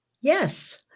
Yes